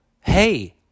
hey